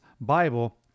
Bible